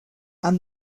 and